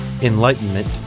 enlightenment